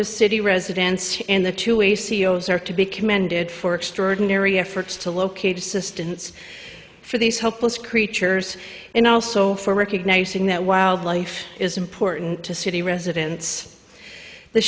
to city residents and the two a ceo's are to be commended for extraordinary efforts to locate assistance for these helpless creatures and also for recognizing that wildlife is important to city residents the